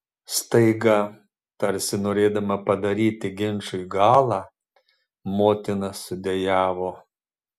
staiga tarsi norėdama padaryti ginčui galą motina sudejavo